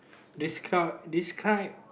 descri~ describe